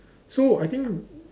so I think